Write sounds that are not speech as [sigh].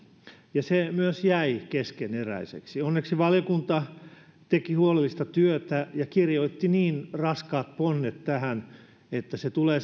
ja se myös jäi keskeneräiseksi onneksi valiokunta teki huolellista työtä ja kirjoitti niin raskaat ponnet tähän se tulee [unintelligible]